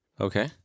Okay